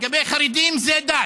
לגבי חרדים זה דת.